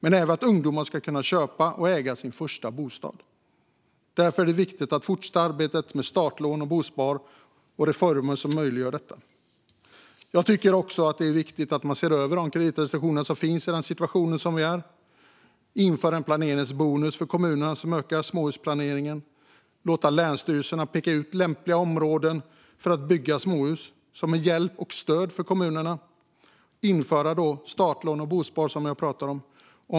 Men ungdomar ska även kunna köpa och äga sin första bostad. Därför är det viktigt att fortsätta arbetet med startlån och bospar och reformer som möjliggör detta. Jag tycker också att det är viktigt att man ser över de kreditrestriktioner som finns i den situation som råder. Man bör införa en planeringsbonus för kommuner som ökar småhusplaneringen. Man bör också låta länsstyrelserna peka ut lämpliga områden för att bygga småhus som hjälp och stöd för kommunerna. Man bör dessutom, som jag sa tidigare, införa startlån och bospar.